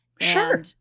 Sure